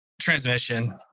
Transmission